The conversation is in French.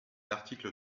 l’article